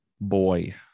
boy